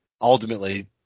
ultimately